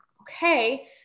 okay